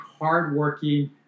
hardworking